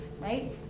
Right